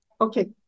Okay